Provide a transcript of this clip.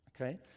okay